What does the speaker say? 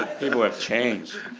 people have change.